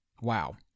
Wow